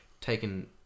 taken